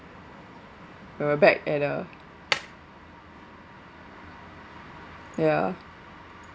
when we are back at the ya